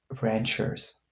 ranchers